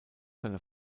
seiner